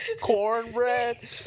cornbread